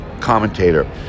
commentator